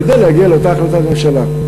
כדי להגיע לאותה החלטת ממשלה.